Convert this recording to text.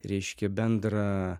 reiškia bendrą